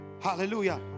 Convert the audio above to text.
hallelujah